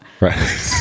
Right